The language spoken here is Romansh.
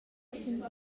proxim